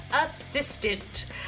assistant